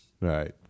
Right